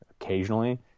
occasionally